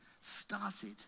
started